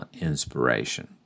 inspiration